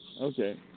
Okay